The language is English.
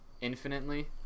infinitely